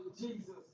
Jesus